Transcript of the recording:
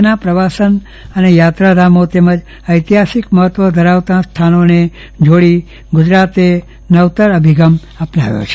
રાજ્યના પ્રવાસન અને યાત્રાધામો તેમજ એતિહાસિક મહત્વ ધરાવતા સ્થાનોને જોડી ગુજરાતે નવતર અભિગમ અપનાવ્યો છે